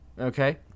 Okay